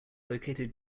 located